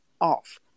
off